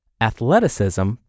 athleticism